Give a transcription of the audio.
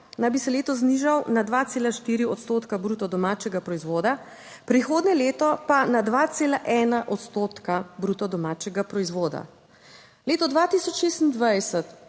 bi se letos znižal na 2,4 odstotka bruto domačega proizvoda, prihodnje leto pa na 2,1 odstotka bruto domačega proizvoda. Leto 2026